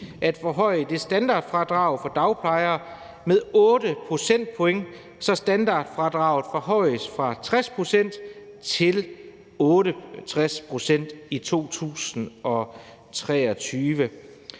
at forhøje det standardfradrag for dagplejere, der er, med 8 procentpoint, så standardfradraget forhøjes fra 60 pct. til 68 pct. i 2023.